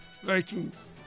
Vikings